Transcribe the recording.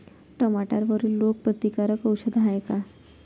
टमाट्यावरील रोग प्रतीकारक औषध हाये का?